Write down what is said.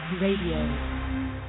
Radio